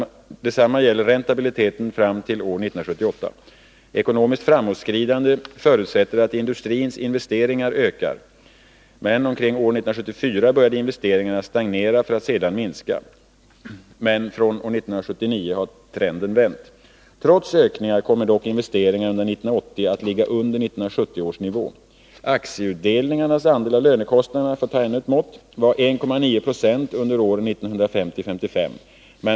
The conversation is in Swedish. Detsamma gäller räntabiliteten fram till år 1978. Ekonomiskt framåtskridande förutsätter att industrins investeringar ökar. Omkring år 1974 började investeringarna att stagnera för att sedan minska, men fr.o.m. år 1979 har trenden vänt. Trots ökningar kommer dock investeringarna under 1980 att ligga under 1970 års nivå. Aktieutdelningarnas andel av lönekostnaderna var 1,9 20 under åren 1950-1955.